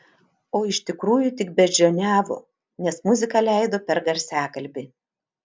o iš tikrųjų tik beždžioniavo nes muziką leido per garsiakalbį